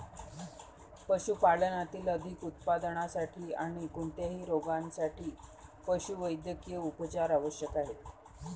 पशुपालनातील अधिक उत्पादनासाठी आणी कोणत्याही रोगांसाठी पशुवैद्यकीय उपचार आवश्यक आहेत